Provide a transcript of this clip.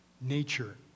nature